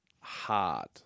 Hard